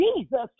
Jesus